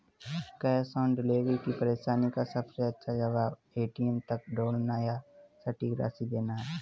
cash on delivery की परेशानी का सबसे अच्छा जवाब, ए.टी.एम तक दौड़ना या सटीक राशि देना है